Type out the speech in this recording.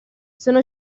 sono